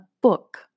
book